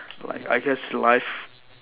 like I guess life